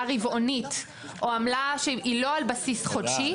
רבעונית או עמלה שהיא לא על בסיס חודשי,